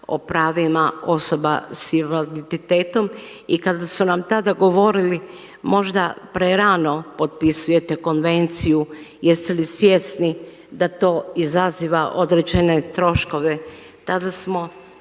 o pravima osoba sa invaliditetom. I kada su nam tada govorili možda prerano potpisujete Konvenciju jeste li svjesni da to izaziva određene troškove. Tada smo